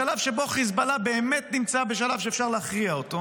בשלב שבו חיזבאללה באמת נמצא בשלב שאפשר להכריע אותו,